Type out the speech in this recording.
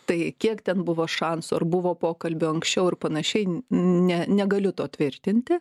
tai kiek ten buvo šansų ar buvo pokalbių anksčiau ir panašiai ne negaliu to tvirtinti